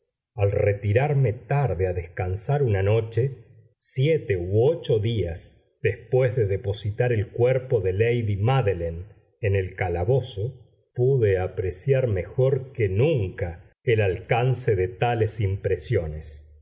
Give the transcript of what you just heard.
al retirarme tarde a descansar una noche siete u ocho días después de depositar el cuerpo de lady mádeline en el calabozo pude apreciar mejor que nunca el alcance de tales impresiones